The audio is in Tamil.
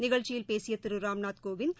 நிகழ்ச்சியில் பேசிய திரு ராம்நாத் கோவிந்த்